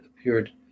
appeared